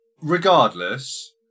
regardless